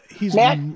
Matt